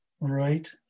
Right